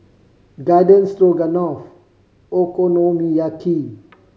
Garden Stroganoff Okonomiyaki